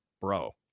Bro